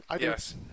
Yes